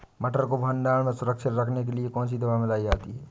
मटर को भंडारण में सुरक्षित रखने के लिए कौन सी दवा मिलाई जाती है?